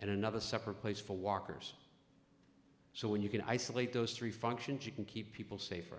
and another separate place for walkers so when you can isolate those three functions you can keep people safer